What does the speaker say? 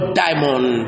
diamond